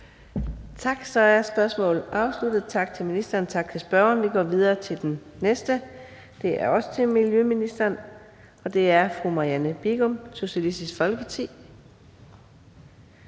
Tak. Så er spørgsmålet afsluttet. Tak til ministeren. Tak til spørgeren. Vi går videre til det næste. Det er også til miljøministeren, og det er fra fru Marianne Bigum, Socialistisk Folkeparti.